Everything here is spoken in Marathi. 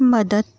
मदत